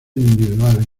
individuales